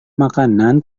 makanan